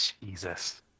Jesus